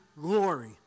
glory